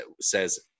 says